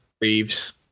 Reeves